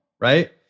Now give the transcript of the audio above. Right